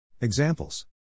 Examples